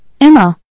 Emma